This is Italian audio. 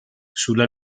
sulla